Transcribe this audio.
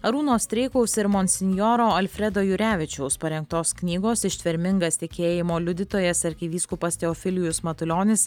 arūno streikaus ir monsinjoro alfredo jurevičiaus parengtos knygos ištvermingas tikėjimo liudytojas arkivyskupas teofilijus matulionis